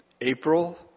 April